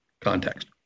context